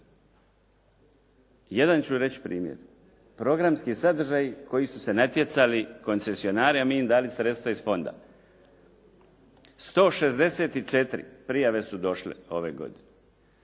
Jedan ću reći primjer. Programski sadržaji koji su natjecali koncesionari a mi im dali sredstva iz fonda. 164 prijave su došle ove godine.